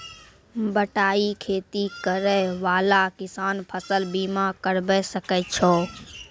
बटाई खेती करै वाला किसान फ़सल बीमा करबै सकै छौ?